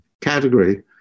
category